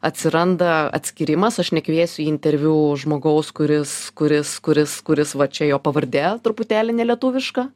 atsiranda atskyrimas aš nekviesiu į interviu žmogaus kuris kuris kuris kuris va čia jo pavardė truputėlį nelietuviška